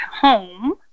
home